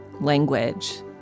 language